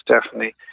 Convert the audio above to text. Stephanie